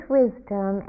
wisdom